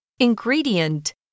Ingredient